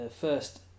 first